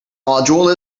module